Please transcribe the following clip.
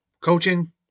Coaching